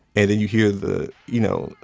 and then you hear the you know,